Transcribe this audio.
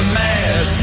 mad